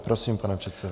Prosím, pane předsedo.